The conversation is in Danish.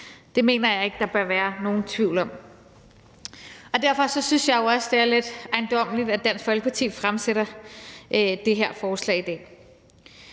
Det mener jeg ikke der bør være nogen tvivl om. Derfor synes jeg også, det er lidt ejendommeligt, at Dansk Folkeparti fremsætter det her forslag i dag.